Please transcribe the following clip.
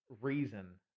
reason